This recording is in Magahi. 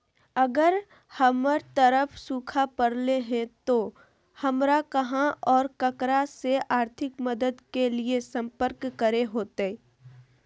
अगर हमर तरफ सुखा परले है तो, हमरा कहा और ककरा से आर्थिक मदद के लिए सम्पर्क करे होतय?